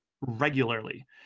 regularly